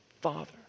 Father